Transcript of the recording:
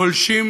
גולשים